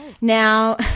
Now